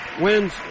Wins